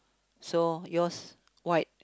so yours white